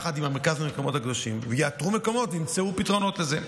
ויחד עם המרכז לפיתוח המקומות הקדושים יאתרו מקומות וימצאו פתרונות לזה.